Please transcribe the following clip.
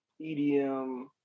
EDM